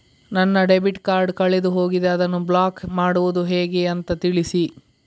ನನ್ನ debit card ಕಳೆದು ಹೋಗಿದೆ, ಅದನ್ನು ಬ್ಲಾಕ್ ಮಾಡುವುದು ಹೇಗೆ ಅಂತ ತಿಳಿಸಿ?